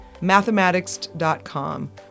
Mathematics.com